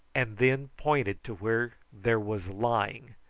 and then pointed to where there was lying,